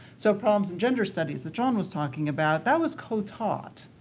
so problems in gender studies that john was talking about, that was co-taught.